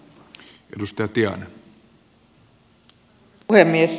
arvoisa puhemies